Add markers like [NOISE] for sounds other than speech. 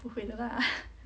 不会的啦 [LAUGHS]